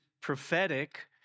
Prophetic